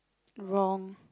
wrong